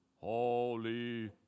holy